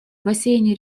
бассейне